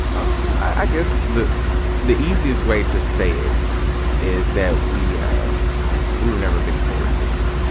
um i guess the the easiest way to say it is that we yeah we were never victorious